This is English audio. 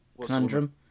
conundrum